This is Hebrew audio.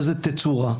באיזה תצורה,